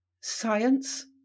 Science